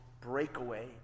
breakaway